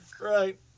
Right